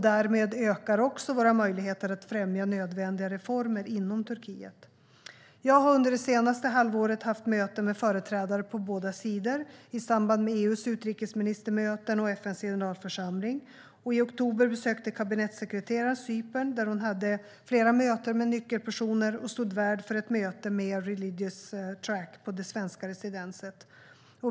Därmed ökar också våra möjligheter att främja nödvändiga reformer inom Turkiet. Jag har under det senaste halvåret haft möten med företrädare för båda sidor i samband med EU:s utrikesministermöten och FN:s generalförsamling. I oktober besökte kabinettssekreteraren Cypern, där hon hade flera möten med nyckelpersoner och stod värd för ett möte med Religious Track på det svenska residenset.